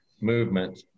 movement